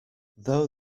though